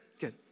good